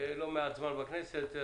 לא מעט זמן בכנסת.